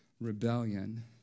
rebellion